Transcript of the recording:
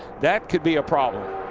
that could be a problem.